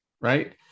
right